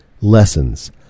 lessons